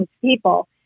people